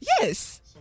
Yes